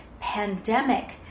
pandemic